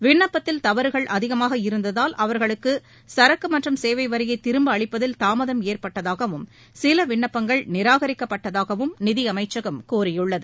விண்ணப்பத்தில் தவறுகள் அதிகமாக இருந்ததால் அவர்களுக்கு சரக்கு மற்றும் சேவை வரியை திரும்ப அளிப்பதில் தாமதம் ஏற்பட்டதாகவும் சில விண்ணப்பங்கள் நிராகரிக்கப்பட்டதாகவும் நிதியமைச்சும் கூறியுள்ளது